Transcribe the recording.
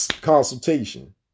consultation